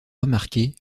remarquée